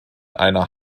einer